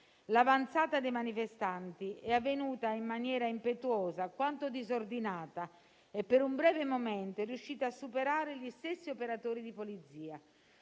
L'avanzata dei manifestanti è avvenuta in maniera impetuosa e alquanto disordinata, e per un breve momento è riuscita a superare gli stessi operatori di polizia.